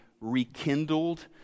rekindled